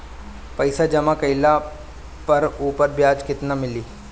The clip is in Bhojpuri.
पइसा जमा कइले पर ऊपर ब्याज केतना मिली?